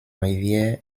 rivières